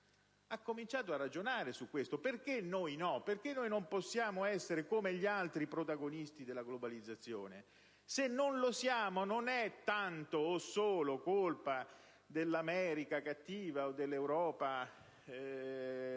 cominciato a ragionare su questo e a chiedersi: perché noi no? Perché noi non possiamo essere, come gli altri, protagonisti della globalizzazione? Se non lo siamo, non è tanto o solo colpa dell'America cattiva o dell'Europa